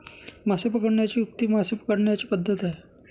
मासे पकडण्याची युक्ती मासे पकडण्याची पद्धत आहे